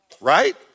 Right